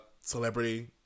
celebrity